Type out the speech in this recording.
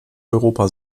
europa